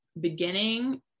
beginning